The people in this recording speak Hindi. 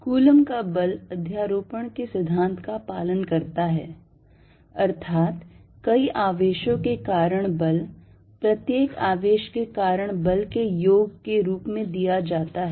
कूलॉम का बल अध्यारोपण के सिद्धांत का पालन करता है अर्थात कई आवेशों के कारण बल प्रत्येक आवेश के कारण बल के योग के रूप में दिया जाता है